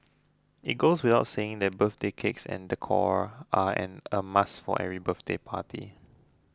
it goes without saying that birthday cakes and decor are an a must for every birthday party